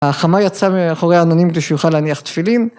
‫החמה יצאה מאחורי העננים ‫כדי שהוא יוכל להניח תפילין,